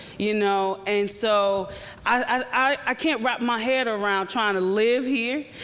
you know and so i can't wrap my head around trying to live here